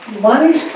money